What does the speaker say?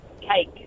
Cake